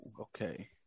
Okay